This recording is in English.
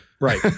right